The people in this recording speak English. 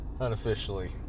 unofficially